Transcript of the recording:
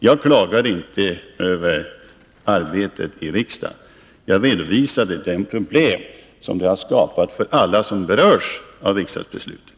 Jag klagar inte över arbetet i riksdagen. Jag redovisade bara de problem som drabbat alla som berörs av riksdagsbeslutet.